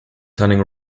turning